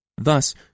Thus